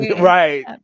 Right